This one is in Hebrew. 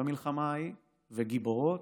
במלחמה ההיא, וגיבורות,